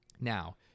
Now